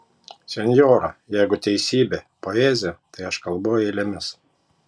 senjora jeigu teisybė poezija tai aš kalbu eilėmis